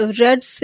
red